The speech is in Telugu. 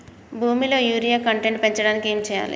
భూమిలో యూరియా కంటెంట్ పెంచడానికి ఏం చేయాలి?